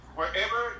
wherever